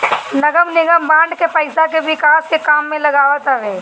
नगरनिगम बांड के पईसा के विकास के काम में लगावत हवे